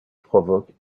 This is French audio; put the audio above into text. provoque